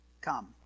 Come